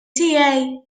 tiegħi